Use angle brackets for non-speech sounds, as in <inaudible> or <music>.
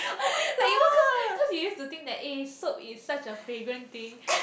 <breath> like you know cos cos you used to think that eh soap is such a fragrant thing